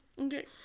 okay